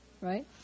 right